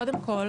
קודם כל,